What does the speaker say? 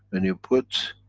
and you put,